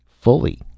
Fully